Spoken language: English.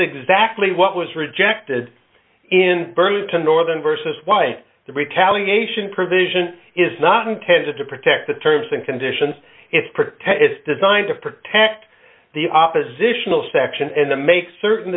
exactly what was rejected in burlington northern versus why the retaliation provision is not intended to protect the terms and conditions it's protect it's designed to protect the oppositional section and the make certain